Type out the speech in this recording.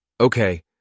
Okay